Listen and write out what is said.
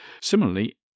Similarly